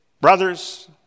brothers